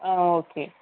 ஆ okay